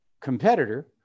competitor